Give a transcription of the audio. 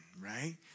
right